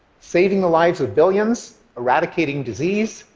saving the lives of billions, eradicating disease,